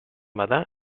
bada